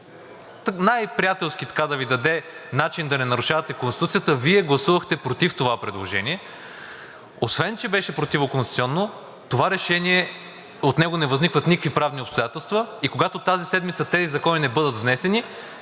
най-приятелски да Ви даде начин да не нарушавате Конституцията, Вие гласувахте против това предложение. Освен че беше противоконституционно, от това решение не възникват никакви правни обстоятелства. И когато тази седмица тези закони не бъдат внесени,